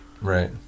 Right